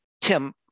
Tim